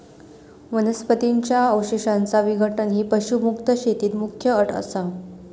वनस्पतीं च्या अवशेषांचा विघटन ही पशुमुक्त शेतीत मुख्य अट असा